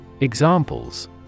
Examples